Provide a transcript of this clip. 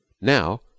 Now